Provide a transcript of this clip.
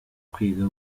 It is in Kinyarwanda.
kwiga